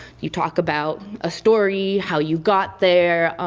you talk about a story, how you got there.